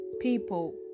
people